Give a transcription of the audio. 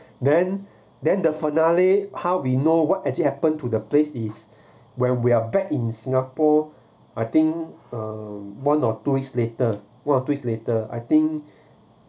then then the finale how we know what actually happen to the place is when we are back in singapore I think one or two weeks later one of two weeks later I think